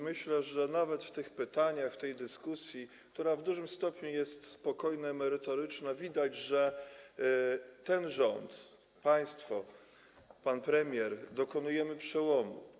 Myślę, że nawet w tych pytaniach, w tej dyskusji, która w dużym stopniu jest spokojna, merytoryczna, widać, że ten rząd, państwo, pan premier dokonują przełomu.